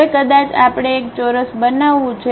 હવે કદાચ આપણે એક ચોરસ બનાવવું છે